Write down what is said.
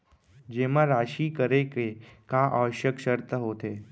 जेमा राशि करे के का आवश्यक शर्त होथे?